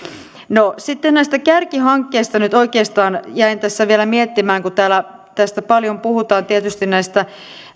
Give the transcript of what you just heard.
sitten näistä kärkihankkeista nyt oikeastaan jäin tässä vielä miettimään kun paljon puhutaan tietysti näistä